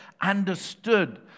understood